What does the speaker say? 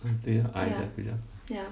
对 ah like that 对 ah